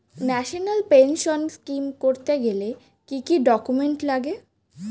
National pension scheme করতে গেলে কি কি ডকুমেন্ট লাগে?